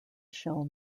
shell